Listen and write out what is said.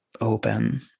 open